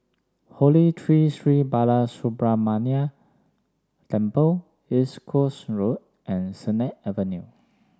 Holy Tree Sri Balasubramaniar Temple East Coast Road and Sennett Avenue